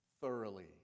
thoroughly